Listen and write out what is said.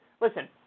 Listen